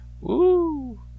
Woo